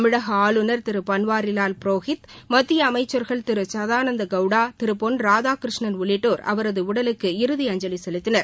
தமிழக ஆளுநர் திரு பன்வாரிவால் புரோஹித் மத்திய அமைச்சர்கள் திரு சதானந்த கவுடா திரு பொன் ராதாகிருஷ்ணன் உள்ளிட்டோர் அவரது உடலுக்கு இறுதி அஞ்சலி செலுத்தினர்